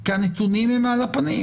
כי הנתונים הם על הפנים.